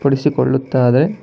ಪಡಿಸಿಕೊಳ್ಳುತ್ತಾರೆ